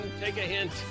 take-a-hint